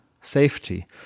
safety